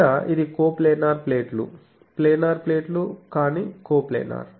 లేదా ఇది కోప్లానార్ ప్లేట్లు ప్లానార్ ప్లేట్లు కానీ కోప్లానార్